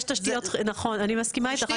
יש תשתיות אני מסכימה איתך,